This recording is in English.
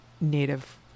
Native